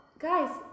Guys